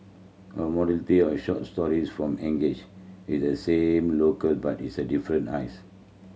a motley of short stories that engages with the same locale but with different eyes